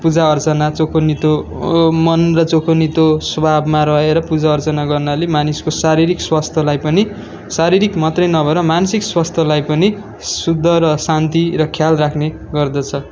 पूजा अर्चना चोखो नितो मनलाई चोखो नितो स्वभावमा रहेर पूजा अर्चना गर्नाले मानिसको शारीरिक स्वास्थ्यलाई पनि शारीरिक मात्रै नभएर मानसिक स्वास्थ्यलाई पनि शुद्ध र शान्ति र ख्याल राख्ने गर्दछ